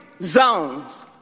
zones